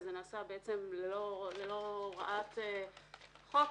וזה נעשה ללא הוראת חוק.